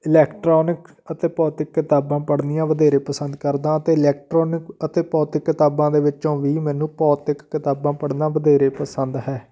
electronic ਅਤੇ ਭੌਤਿਕ ਕਿਤਾਬਾਂ ਪੜ੍ਹਨੀਆਂ ਵਧੇਰੇ ਪਸੰਦ ਕਰਦਾ ਅਤੇ ਇਲੈਕਟ੍ਰੋਨਿਕ ਅਤੇ ਭੌਤਿਕ ਕਿਤਾਬਾਂ ਦੇ ਵਿੱਚੋਂ ਵੀ ਮੈਨੂੰ ਭੌਤਿਕ ਕਿਤਾਬਾਂ ਪੜ੍ਹਨਾ ਵਧੇਰੇ ਪਸੰਦ ਹੈ